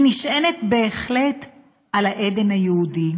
היא נשענת בהחלט על האדן היהודי,